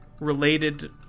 related